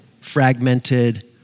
fragmented